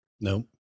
Nope